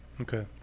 Okay